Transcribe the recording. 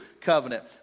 covenant